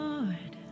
Lord